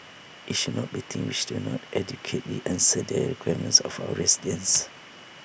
IT should not be things which do not adequately answer the requirements of our residents